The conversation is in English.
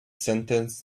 sentence